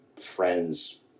friend's